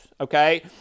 okay